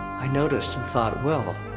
i noticed, and thought, well,